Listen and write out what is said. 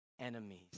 enemies